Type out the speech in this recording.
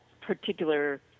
particular